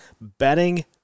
betting